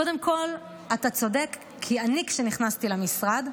קודם כול, אתה צודק, כי אני, כשנכנסתי למשרד,